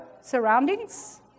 surroundings